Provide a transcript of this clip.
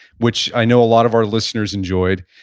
which i know a lot of our listeners enjoyed.